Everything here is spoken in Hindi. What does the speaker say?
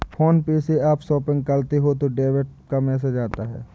फ़ोन पे से आप शॉपिंग करते हो तो डेबिट का मैसेज आता है